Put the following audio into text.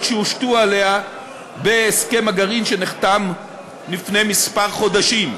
שהושתו עליה בהסכם הגרעין שנחתם לפני כמה חודשים.